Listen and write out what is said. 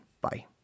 Bye